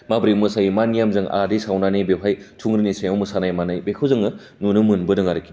माब्रै मोसायो मा नेमजों आरि सावनानै थुग्रिनि सायाव मोनसामनाय मानाय बेखौ जोङो नुनो मोनबोदों आरोखि